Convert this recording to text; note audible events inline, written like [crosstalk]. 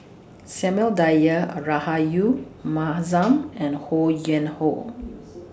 Samuel Dyer Are Rahayu Mahzam [noise] and Ho Yuen Hoe [noise]